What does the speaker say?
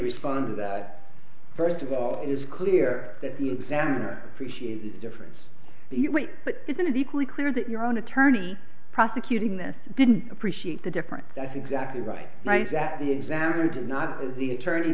respond to that first of all it is clear that the exam are appreciating the difference but isn't it equally clear that your own attorney prosecuting this didn't appreciate the difference that's exactly right nice that the examiner did not as the attorney